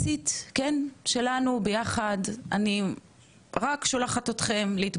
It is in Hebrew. אני רק שולחת אתכם להתבונן ברגע הזה שבו מנסות